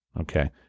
Okay